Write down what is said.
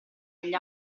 agli